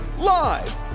Live